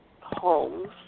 homes